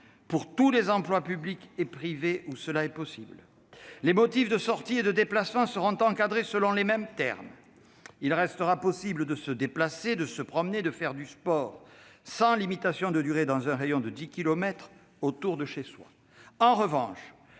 pour tous les emplois publics et privés, quand cela est possible. Les motifs de sortie et de déplacement seront encadrés selon les mêmes termes : il restera possible de se déplacer, de se promener, de faire du sport, sans limitation de durée et dans un rayon de dix kilomètres autour de chez soi. En revanche,